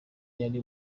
yari